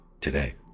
today